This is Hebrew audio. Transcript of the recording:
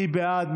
מי בעד?